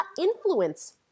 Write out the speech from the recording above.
influence